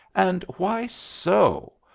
and why so?